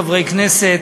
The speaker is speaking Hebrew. חברי כנסת,